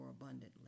abundantly